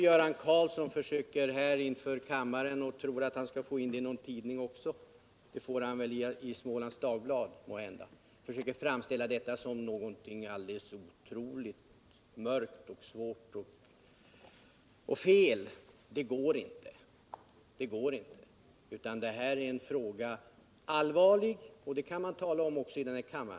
Göran Karlsson försöker då inför kammaren — och han tror att han skall få in det i någon tidning, och han får måhända in det i Smålands Folkblad — framställa detta som någonting alldeles otroligt mörkt, svårt och felaktigt, men det går inte, för det här är en allvarlig fråga — och sådant kan man tala om även i denna kammare.